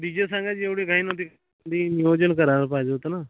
D जे सांगायची एवढी घाई नव्हती आधी नियोजन करायला पाहिजे होतं ना